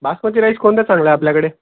basmati rice कोणता चांगला आहे आपल्याकडे